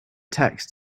text